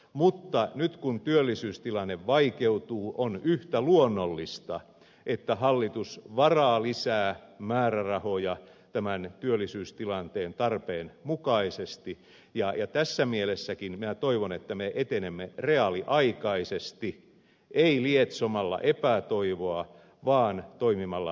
mutta nyt kun työllisyystilanne vaikeutuu on yhtä luonnollista että hallitus varaa lisää määrärahoja tämän työllisyystilanteen tarpeen mukaisesti ja tässä mielessäkin minä toivon että me etenemme reaaliaikaisesti ei lietsomalla epätoivoa vaan toimimalla reaaliaikaisesti